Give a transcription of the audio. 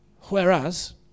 whereas